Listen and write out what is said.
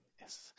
Yes